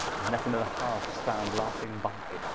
and let another halfe stand laughing by,